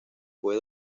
fue